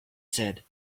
said